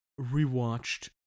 rewatched